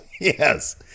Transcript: yes